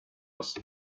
oss